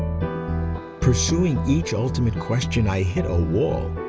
pursuing each ultimate question, i hit a wall.